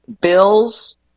Bills